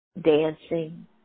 Dancing